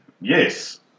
Yes